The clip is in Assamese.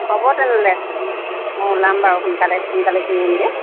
ওলাওক তেনেহ'লে মই ওলাম বাৰু সোনকালে সোনকালে ঘূৰি আহিমগে